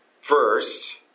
first